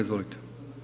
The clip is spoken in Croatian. Izvolite.